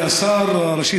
אדוני השר.